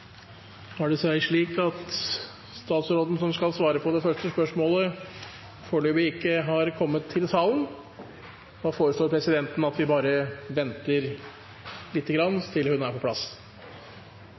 har det seg slik at statsråden som skal svare på det første spørsmålet, foreløpig ikke har kommet til salen. Presidenten foreslår da at vi venter lite grann,